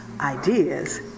Ideas